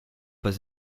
pas